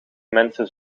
mensen